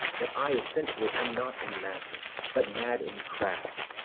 that i essentially am not in madness, but mad in craft.